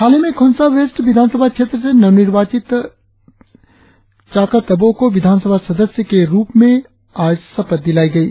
हालही में खोंसा वेस्ट विधानसभा क्षेत्र से नवनिर्वाचित चाकत अबोह को विधानसभा सदस्य के रुप में आज शपथ दिलाई गयी